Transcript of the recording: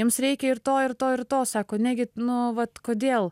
jiems reikia ir to ir to ir to sako negi nu vat kodėl